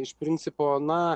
iš principo na